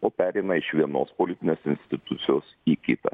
o pereina iš vienos politinės institucijos į kitą